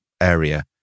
area